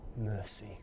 Mercy